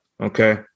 okay